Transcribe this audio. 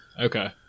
okay